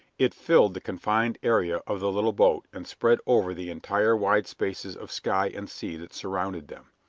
it filled the confined area of the little boat and spread over the entire wide spaces of sky and sea that surrounded them.